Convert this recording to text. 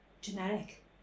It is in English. generic